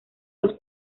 los